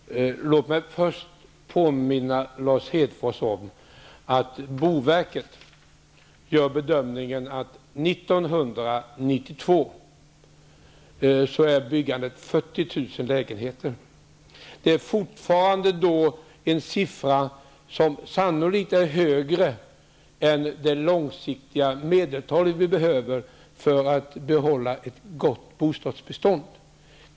Herr talman! Först vill jag påminna Lars Hedfors om att boverket gör bedömningen att det beträffande byggandet 1992 handlar om 40 000 lägenheter. Fortfarande handlar det om en siffra som sannolikt är högre än det medeltal på lång sikt som behövs för att det skall vara möjligt att behålla ett gott bostadsbestånd.